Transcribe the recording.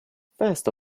first